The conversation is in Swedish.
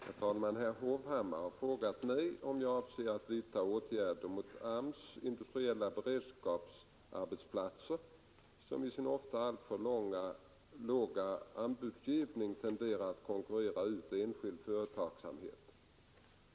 Herr talman! Herr Hovhammar har frågat mig om jag avser att vidta åtgärder mot AMS:s industriella beredskapsarbetsplatser som i sin ofta alltför låga anbudsgivning tenderar att konkurrera ut enskild företagsamhet.